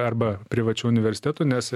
arba privačiu universitetu nes